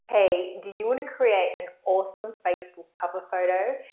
hey do you want to create an awesome facebook cover photo?